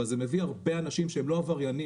אבל זה מביא הרבה אנשים שהם לא עבריינים